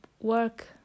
work